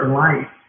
life